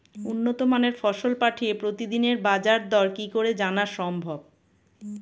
উন্নত মানের ফসল পাঠিয়ে প্রতিদিনের বাজার দর কি করে জানা সম্ভব?